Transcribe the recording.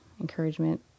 encouragement